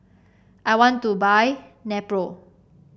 I want to buy Nepro